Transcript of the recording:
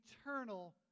eternal